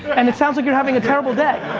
and it sounds like you're having a terrible day.